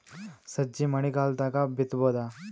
ಸಜ್ಜಿ ಮಳಿಗಾಲ್ ದಾಗ್ ಬಿತಬೋದ?